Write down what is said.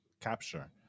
capture